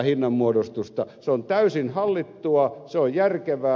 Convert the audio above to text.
se on täysin hallittua se on järkevää